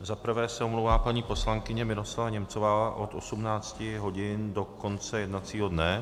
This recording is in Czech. Za prvé se omlouvá paní poslankyně Miroslava Němcová od 18 hodin do konce jednacího dne.